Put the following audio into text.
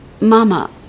Mama